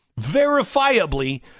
verifiably